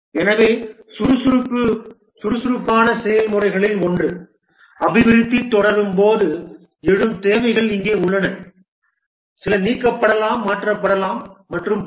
எனவே சுறுசுறுப்பான செயல்முறைகளில் ஒன்று அபிவிருத்தி தொடரும்போது எழும் தேவைகள் இங்கே உள்ளன சில நீக்கப்படலாம் மாற்றப்படலாம் மற்றும் பல